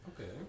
Okay